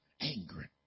angry